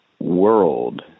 world